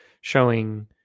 showing